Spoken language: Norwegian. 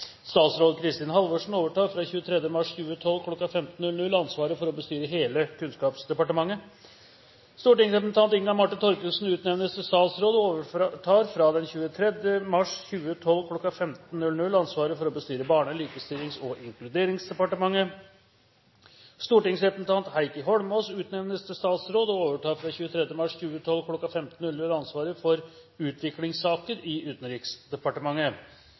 Statsråd Kristin Halvorsen overtar fra 23. mars 2012 kl. 15.00 ansvaret for å bestyre hele Kunnskapsdepartementet. Stortingsrepresentant Inga Marte Thorkildsen utnevnes til statsråd og overtar fra 23. mars 2012 kl. 15.00 ansvaret for å bestyre Barne-, likestillings- og inkluderingsdepartementet. Stortingsrepresentant Heikki Holmås utnevnes til statsråd og overtar fra 23. mars 2012 kl. 15.00 ansvaret for utviklingssaker i Utenriksdepartementet.